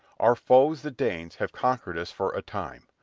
our foes the danes have conquered us for a time.